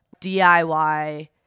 DIY